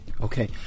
Okay